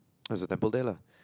there's a temple there lah